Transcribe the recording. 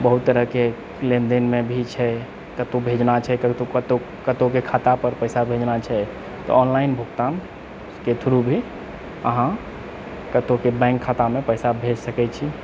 बहुत तरहकेँ लेनदेनमे भी छै कतहुँ भेजना छै कतहुँ कतहुँके खाता पर पैसा भेजना छै तऽ ऑनलाइन भुगतानके थ्रू भी अहाँ कतहुँके बैंक खातामे पैसा भेज सकैत छी